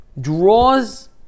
Draws